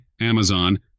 Amazon